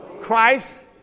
Christ